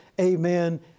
amen